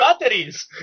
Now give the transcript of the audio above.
batteries